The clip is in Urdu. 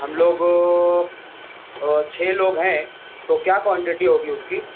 ہم لوگ چھ لوگ ہیں تو کیا کوانٹٹی ہوگی اس کی